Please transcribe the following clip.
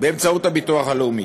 באמצעות הביטוח הלאומי.